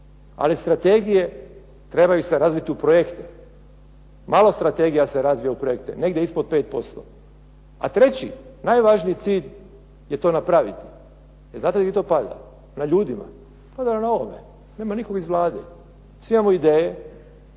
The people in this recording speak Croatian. Ali strategije trebaju se razviti u projekte. Malo strategija se razvije u projekte, negdje ispod 5%. A treći najvažniji cilj je to napraviti, jer znate di to pada? Na ljudima, pada na ovome. Nema nikoga iz Vlade. Svi imamo ideje.